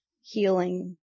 healing